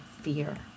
fear